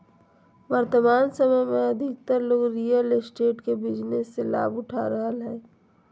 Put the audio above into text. वर्तमान समय में अधिकतर लोग रियल एस्टेट के बिजनेस से लाभ उठा रहलय हइ